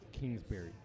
kingsbury